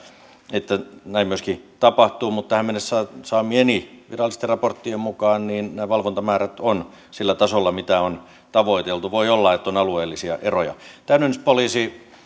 että näin myöskin tapahtuu mutta tähän mennessä saamieni virallisten raporttien mukaan ne valvontamäärät ovat sillä tasolla mitä on tavoiteltu voi olla että on alueellisia eroja täydennyspoliisi